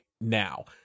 now